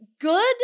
good